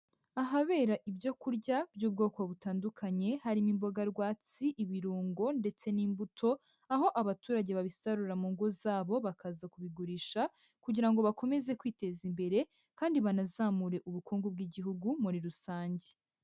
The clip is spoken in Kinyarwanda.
Ahabera ibyo kurya by'ubwoko butandukanye harimo imboga rwatsi, ibirungo ndetse n'imbuto, aho abaturage babisarura mu ngo zabo bakaza kubigurisha kugira ngo bakomeze kwiteza imbere, kandi banazamure ubukungu bw'igihugu muri rusange.